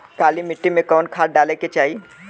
काली मिट्टी में कवन खाद डाले के चाही?